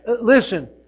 listen